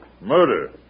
Murder